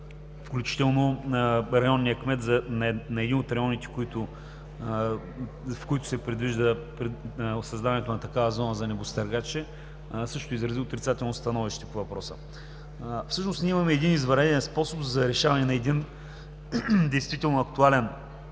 включително районният кмет на един от районите, в които се предвижда създаването на такава зона за небостъргачи, също изрази отрицателно становище по въпроса. Всъщност имаме извънреден способ за решаване на действително актуален